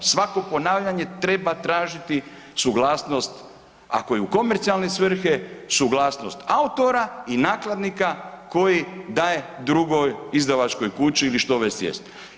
Svako ponavljanje treba tražiti suglasnost ako je u komercijalne svrhe suglasnost autora i nakladnika koji daje drugoj izdavačkoj kući ili što već jest.